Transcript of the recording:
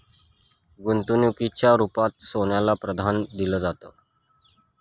गुंतवणुकीच्या रुपात सोन्याला प्राधान्य दिलं जातं